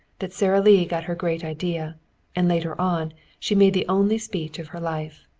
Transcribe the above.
that sara lee got her great idea and later on she made the only speech of her life.